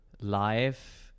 life